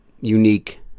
unique